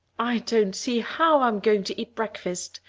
i don't see how i'm going to eat breakfast,